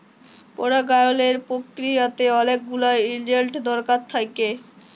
পরাগায়লের পক্রিয়াতে অলেক গুলা এজেল্ট দরকার থ্যাকে